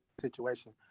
situation